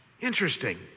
Interesting